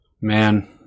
Man